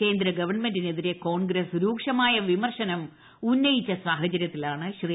കേന്ദ്ര ഗവൺമെന്റിന് എതിരെ കോൺഗ്രസ് രൂക്ഷമാ്യ വിമർശനം ഉന്നയിച്ച സാഹചര്യത്തിലാണ് ശ്രീ